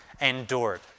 endured